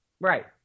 right